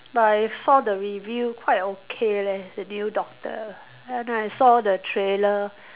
but I saw the review quite okay leh the new doctor and I saw the trailer